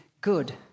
good